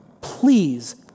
Please